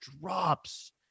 drops